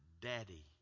daddy